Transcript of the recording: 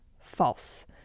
False